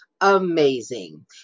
amazing